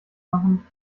machen